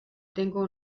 tengo